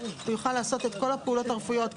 והוא יוכל לעשות את כל הפעולות הרפואיות.